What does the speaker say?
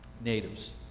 natives